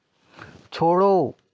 छोड़ो